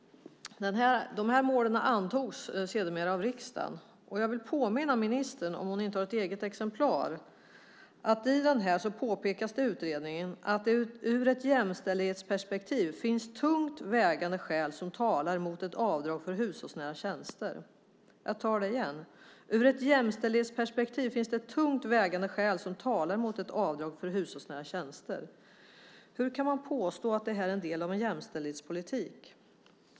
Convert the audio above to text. De här målen antogs sedermera av riksdagen. Jag vill påminna ministern, om hon inte har ett eget exemplar, om att i den här utredningen påpekas det att det ur ett jämställdhetsperspektiv finns tungt vägande skäl som talar mot ett avdrag för hushållsnära tjänster. Jag tar det igen: Ur ett jämställdhetsperspektiv finns det tungt vägande skäl som talar mot ett avdrag för hushållsnära tjänster. Hur kan man påstå att det är en del av en jämställdhetspolitik?